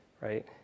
right